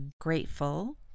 grateful